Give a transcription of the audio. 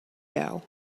doe